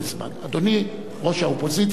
אדוני ראש האופוזיציה.